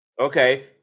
Okay